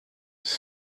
and